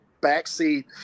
backseat